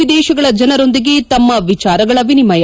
ವಿದೇಶಗಳ ಜನರೊಂದಿಗೆ ತಮ್ನ ವಿಚಾರಗಳ ವಿನಿಮಯ